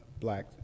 black